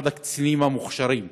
אחד הקצינים המוכשרים.